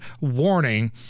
warning